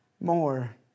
more